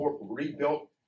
rebuilt